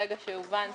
ברגע שהובן שכן,